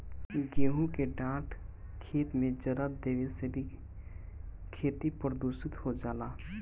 गेंहू के डाँठ खेत में जरा देवे से भी खेती प्रदूषित हो जाला